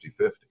50-50